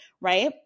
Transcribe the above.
right